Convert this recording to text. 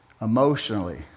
emotionally